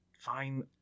fine